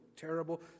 terrible